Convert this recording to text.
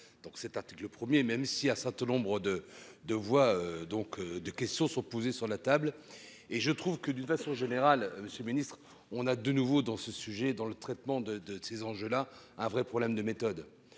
donc cet article. Le premier, même si à certains nombres de de voix donc de questions sont posées sur la table et je trouve que d'une façon générale ce. On a de nouveau dans ce sujet dans le traitement de de de ces enjeux là un vrai problème de méthode.